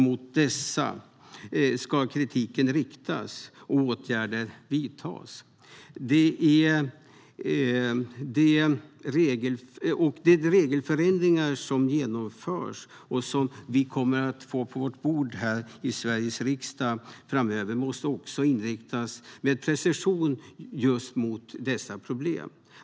Mot dessa ska kritiken riktas och åtgärder vidtas. De regelförändringar som genomförs och som vi kommer att få på vårt bord här i Sveriges riksdag framöver måste också inriktas med precision just mot dessa problem.